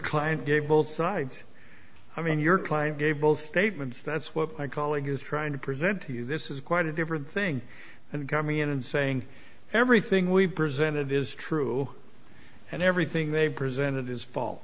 client gave both sides i mean your client gave both statements that's what i call it is trying to present to you this is quite a different thing and coming in and saying everything we've presented is true and everything they've presented is fa